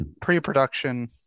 pre-production